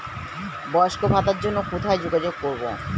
বয়স্ক ভাতার জন্য কোথায় যোগাযোগ করব?